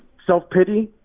self-pity.